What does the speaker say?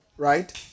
Right